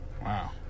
Wow